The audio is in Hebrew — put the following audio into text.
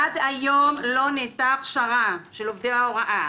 עד היום לא נעשתה הכשרה של עובדי ההוראה,